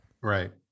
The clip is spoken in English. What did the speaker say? right